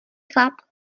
chlap